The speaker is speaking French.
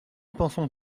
pensons